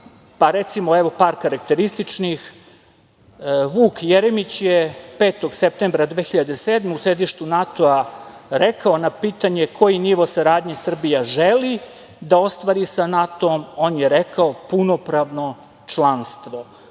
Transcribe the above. pa recimo evo par karakterističnih – Vuk Jeremić je 5. septembra 2007. godine u sedištu NATO rekao na pitanje – koji nivo saradnje Srbija želi da ostvari sa NATO, on je rekao – punopravno članstvo,